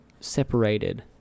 separated